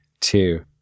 two